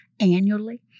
annually